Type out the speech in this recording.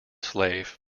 slave